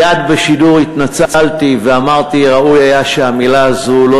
מייד בשידור התנצלתי ואמרתי שראוי היה שהמילה הזאת לא